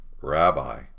rabbi